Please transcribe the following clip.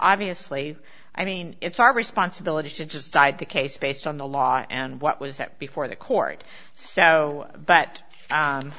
obviously i mean it's our responsibility to just decide the case based on the law and what was that before the court so but